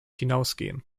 hinausgehen